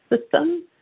system